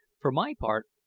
for my part,